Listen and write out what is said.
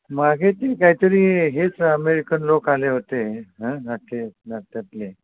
मागे ती काहीतरी हेच अमेरिकन लोक आले होते हां नक्की नात्यातले